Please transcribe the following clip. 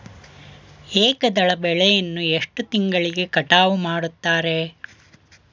ಏಕದಳ ಬೆಳೆಯನ್ನು ಎಷ್ಟು ತಿಂಗಳಿಗೆ ಕಟಾವು ಮಾಡುತ್ತಾರೆ?